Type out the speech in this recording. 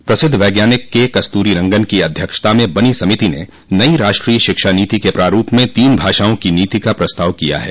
प्रसिद्ध वैज्ञानिक के कस्तूरीरंगन की अध्यक्षता में बनी समिति ने नई राष्ट्रीय शिक्षा नीति के प्रारूप में तीन भाषाओं की नीति का प्रस्ताव किया है